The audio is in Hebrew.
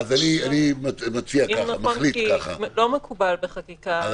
כי לא מקובל בחקיקה לכתוב.